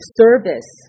service